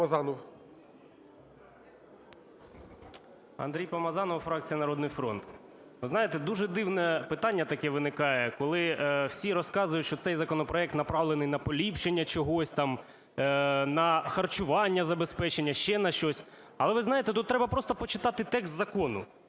Андрій Помазанов, фракція "Народний фронт". Ви знаєте, дуже дивне питання таке виникає, коли всі розказують, що цей законопроект направлений на поліпшення чогось там, на харчування забезпечення, ще на щось. Але, ви знаєте, тут треба просто почитати текст закону.